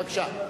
בבקשה.